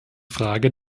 frage